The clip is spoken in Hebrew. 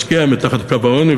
משקיע מתחת לקו העוני,